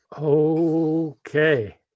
Okay